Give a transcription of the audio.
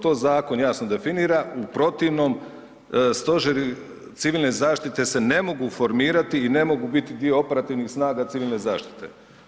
To zakon jasno definira, u protivnom Stožeri civilne zaštite se ne mogu formirati i ne mogu biti dio operativnih snaga Civilne zaštite.